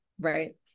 right